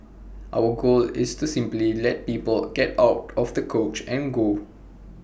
our goal is to simply let people get out off the couch and go